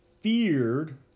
feared